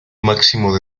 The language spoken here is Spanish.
máximo